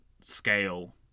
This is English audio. scale